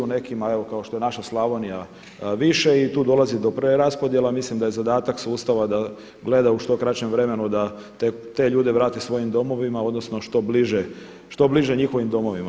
Nekima, evo kao što je naša Slavonija više i tu dolazi do preraspodjela i mislim da je zadatak sustava da gleda u što kraćem vremenu da te ljude vrate svojim domovima, odnosno što bliže njihovim domovima.